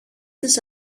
της